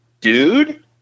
dude